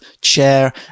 chair